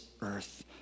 earth